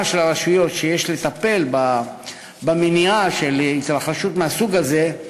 של הרשויות שיש לטפל במניעה של התרחשות מהסוג הזה,